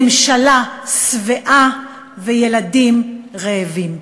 ממשלה שבעה וילדים רעבים.